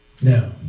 Now